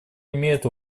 имеет